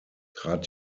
trat